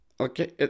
Okay